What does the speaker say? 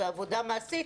ועבודה מעשית,